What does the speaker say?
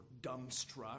dumbstruck